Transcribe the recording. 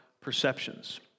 perceptions